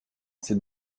ces